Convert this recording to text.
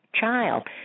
child